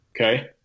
Okay